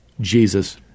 Jesus